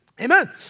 Amen